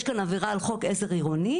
יש כאן עבירה על חוק עזר עירוני,